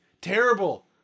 terrible